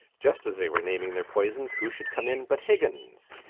just as they were naming their poisons who should come in but higgins!